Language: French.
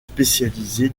spécialisé